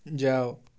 ଯାଅ